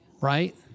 right